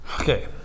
Okay